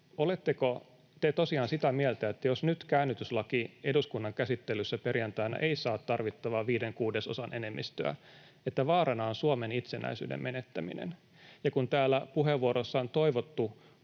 oletteko te tosiaan sitä mieltä, että jos nyt käännytyslaki eduskunnan käsittelyssä perjantaina ei saa tarvittavaa viiden kuudesosan enemmistöä, vaarana on Suomen itsenäisyyden menettäminen? Ja kun täällä puheenvuoroissa on toivottu